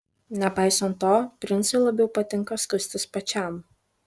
nepaisant to princui labiau patinka skustis pačiam